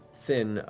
thin,